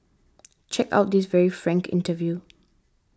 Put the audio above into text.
check out this very frank interview